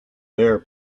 there